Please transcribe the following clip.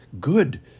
Good